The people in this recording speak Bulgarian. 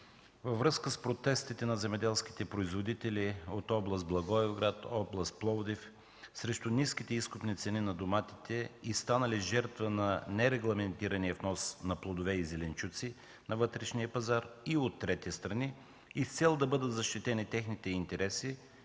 Във връзка с протестите на земеделските производители от област Благоевград, област Пловдив срещу ниските изкупни цени на доматите и станали жертва на нерегламентирания внос на плодове и зеленчуци на вътрешния пазар и от трети страни, и с цел да бъдат защитени техните интереси